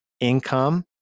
income